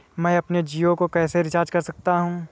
मैं अपने जियो को कैसे रिचार्ज कर सकता हूँ?